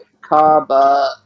Kaba